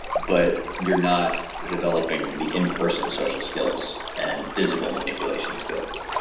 but you're not developing the in-person social skills and physical manipulation skills.